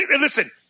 listen